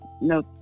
No